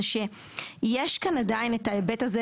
זה שיש כאן עדיין את ההיבט הזה